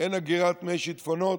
אין אגירת מי שיטפונות.